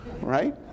right